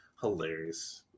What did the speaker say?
Hilarious